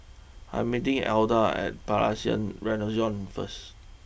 I am meeting Etha at Palais Renaissance first